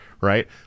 right